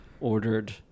ordered